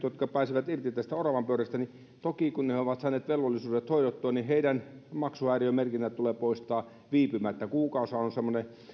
jotka pääsevät irti tästä oravanpyörästä kun he ovat saaneet velvollisuudet hoidettua maksuhäiriömerkinnät tulee poistaa viipymättä kuukausihan on semmoinen